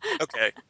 okay